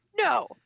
No